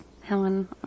Helen